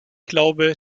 glaube